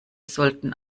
sollten